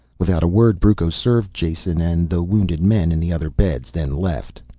without a word brucco served jason and the wounded men in the other beds, then left.